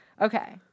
Okay